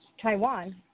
Taiwan